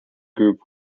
group